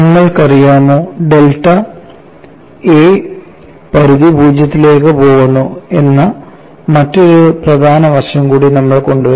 നിങ്ങൾക്കറിയാമോ delta a പരിധി പൂജ്യത്തിലേക്ക് പോകുന്നു എന്ന മറ്റൊരു പ്രധാന വശം കൂടി നമ്മൾ കൊണ്ടുവരും